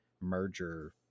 merger